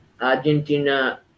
Argentina